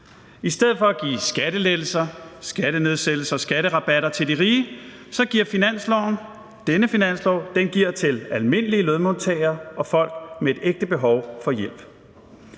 I stedet for at give skattelettelser, skattenedsættelser og skatterabatter til de rige giver vi med denne finanslov til almindelige lønmodtagere og folk med et ægte behov for hjælp.